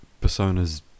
Persona's